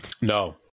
No